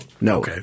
no